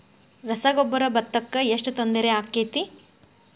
ರಸಗೊಬ್ಬರ, ಭತ್ತಕ್ಕ ಎಷ್ಟ ತೊಂದರೆ ಆಕ್ಕೆತಿ?